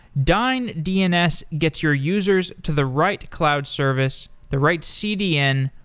dyn dns gets your users to the right cloud service, the right cdn,